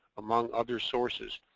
among other sources.